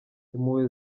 impuhwe